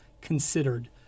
considered